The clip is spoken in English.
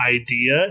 idea